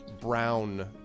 brown